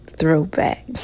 throwback